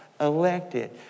elected